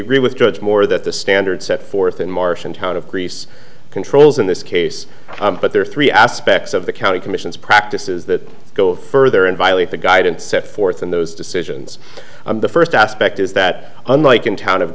agree with judge moore that the standard set forth in martian town of greece controls in this case but there are three aspects of the county commissions practices that go further and violate the guidance set forth in those decisions i'm the first aspect is that unlike in town of